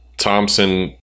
Thompson